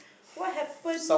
what happen